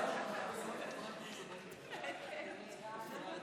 חברי הכנסת, אני הרבה